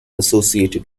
associated